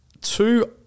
two